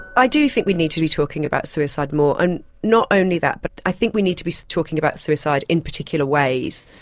i do think we need to be talking about suicide more, and not only that but i think we need to be talking about suicide in particular ways.